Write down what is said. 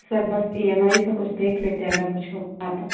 sir बस E M I का कुछ देख लेते अगर कुछ हो पाता